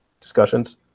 discussions